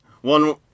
One